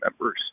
members